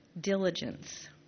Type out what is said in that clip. diligence